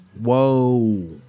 Whoa